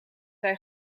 hij